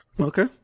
Okay